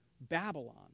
Babylon